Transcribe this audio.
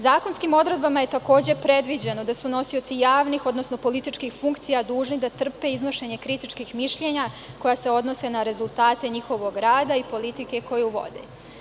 Zakonskim odredbama je takođe predviđeno da su nosioci javnih, odnosno političkih funkcija dužni da trpe iznošenje kritičkih mišljenja koja se odnose na rezultate njihovog rada i politike koju vode.